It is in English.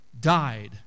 died